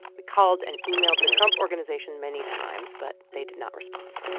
we called and emailed the trump organization many times, but they did not respond